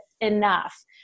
enough